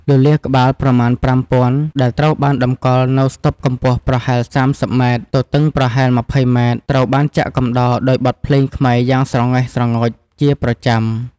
លលាដ៍ក្បាលប្រមាណ ៥ពាន់ ដែលត្រូវបានតម្កល់នៅស្តុបកម្ពស់ប្រហែល ៣០ម៉ែត្រ ទទឹងប្រហែល ២០ម៉ែត្រ ត្រូវបានចាក់កំដរដោយបទភ្លេងខ្មែរយ៉ាងស្រងេះស្រងោចជាប្រចាំ។